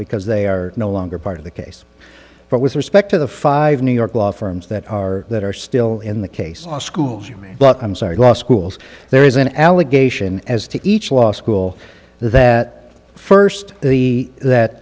because they are no longer part of the case but with respect to the five new york law firms that are that are still in the case schools but i'm sorry law schools there is an allegation as to each law school that first the that